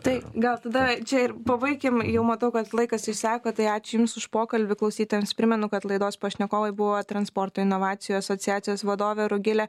tai gal tada čia ir pabaikim jau matau kad laikas išseko tai ačiū jums už pokalbį klausytojams primenu kad laidos pašnekovai buvo transporto inovacijų asociacijos vadovė rugilė